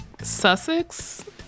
Sussex